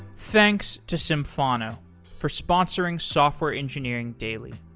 thanks to symphono for sponsoring software engineering daily.